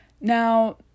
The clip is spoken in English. Now